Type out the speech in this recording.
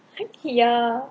ya